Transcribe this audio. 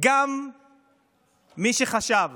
גם מי שחשב